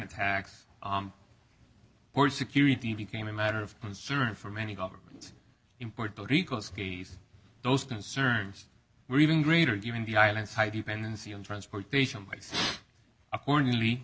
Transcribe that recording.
attacks or security became a matter of concern for many governments important those concerns were even greater given the island's high dependency on transportation rights accordingly